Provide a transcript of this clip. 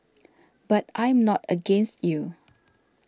but I am not against you